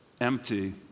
empty